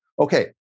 okay